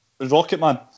Rocketman